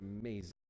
amazing